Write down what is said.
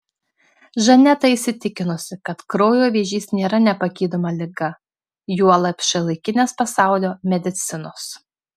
žaneta įsitikinusi kad kraujo vėžys nėra nepagydoma liga juolab šiuolaikinės pasaulio medicinos